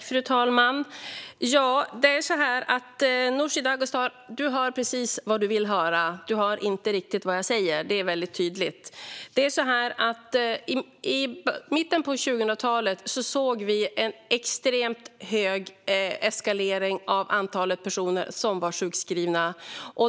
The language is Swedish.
Fru talman! Det är så här, Nooshi Dadgostar: Du hör precis vad du vill höra. Du hör inte riktigt vad jag säger. Det är tydligt. I mitten av 00-talet såg vi en extrem eskalering av antalet personer som var sjukskrivna.